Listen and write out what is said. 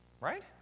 Right